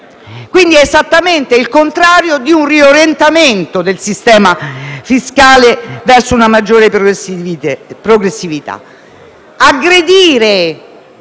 tratta esattamente del contrario di un riorientamento del sistema fiscale verso una maggiore progressività. Aggredire